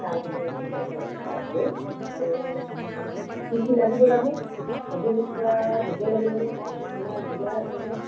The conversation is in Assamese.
অঁ তাত গৈ আৰু কি কি লাগিব জানো সঁজুলি কিবা নিব লাগিবনে তাতে তোমাৰ যোগাৰ আছেনে